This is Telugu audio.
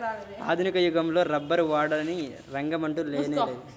ఆధునిక యుగంలో రబ్బరు వాడని రంగమంటూ లేనేలేదు